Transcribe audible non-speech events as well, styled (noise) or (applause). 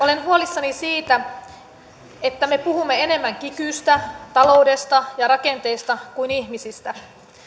(unintelligible) olen huolissani siitä että me puhumme enemmän kikystä taloudesta ja rakenteista kuin ihmisistä